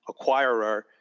acquirer